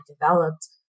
developed